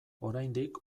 oraindik